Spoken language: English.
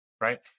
right